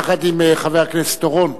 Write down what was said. יחד עם חבר הכנסת אורון.